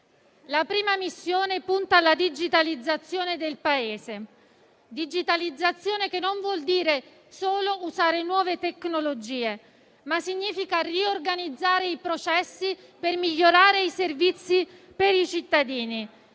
La prima missione punta alla digitalizzazione del Paese, che non vuol dire solo usare nuove tecnologie, ma riorganizzare i processi per migliorare i servizi per i cittadini.